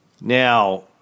Now